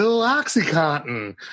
Oxycontin